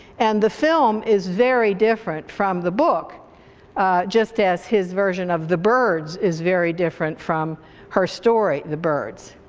and the film is very different from the book just as his version of the birds is very different from her story the birds.